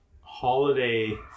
holiday